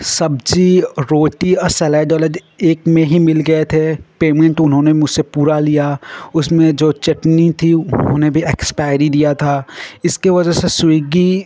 सब्जी रोटी और सलाद वलाद एक में ही मिल गए थे पेमेन्ट उन्होंने मुझसे पूरा लिया उसमें जो चटनी थी उन्होंने भी एक्सपायरी दी थी इसकी वजह से स्विगी